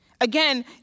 Again